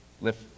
lift